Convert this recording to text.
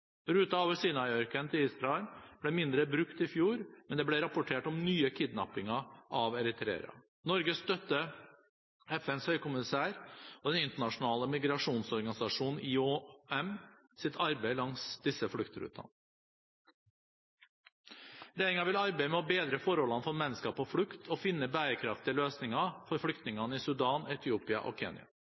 over Sinaiørkenen til Israel ble mindre brukt i fjor, men det ble rapportert om nye kidnappinger av eritreere. Norge støtter FNs høykommissærs og Den internasjonale migrasjonsorganisasjonens, IOMs, arbeid langs disse fluktrutene. Regjeringen vil arbeide med å bedre forholdene for mennesker på flukt og finne bærekraftige løsninger for flyktningene i Sudan, Etiopia og